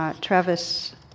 Travis